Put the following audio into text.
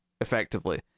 effectively